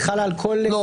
היא חלה על כל מדיה.